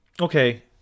Okay